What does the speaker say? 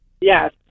Yes